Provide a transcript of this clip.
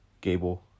Gable